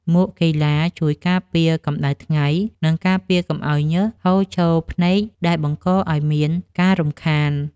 មួកកីឡាជួយការពារកម្ដៅថ្ងៃ និងការពារកុំឱ្យញើសហូរចូលភ្នែកដែលបង្កឱ្យមានការរំខាន។